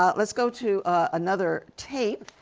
ah let's go to another tape.